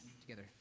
together